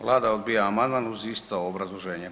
Vlada odbija amandman uz isto obrazloženje.